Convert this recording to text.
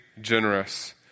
generous